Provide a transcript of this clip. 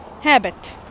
habit